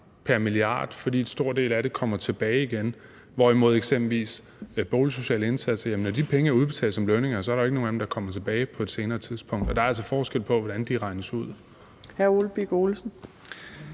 pr. milliard, fordi en stor del af det kommer tilbage igen, hvorimod det forholder sig anderledes med eksempelvis boligsociale indsatser. Når de penge er udbetalt som lønninger, er der jo ikke noget af det, der kommer tilbage på et senere tidspunkt, og der er altså forskel på, hvordan det regnes ud.